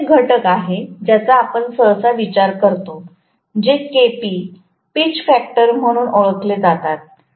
अजून एक घटक आहे ज्याचा आपण सहसा विचार करतो जे केपी पिच फॅक्टर म्हणून ओळखले जाते